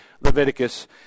Leviticus